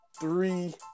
three